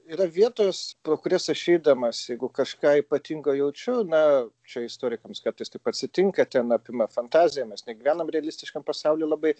yra vietos pro kurias aš eidamas jeigu kažką ypatingo jaučiu na čia istorikams kartais taip atsitinka ten apima fantaziją mes negyvenam realistiškam pasauly labai